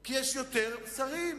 כי יש יותר שרים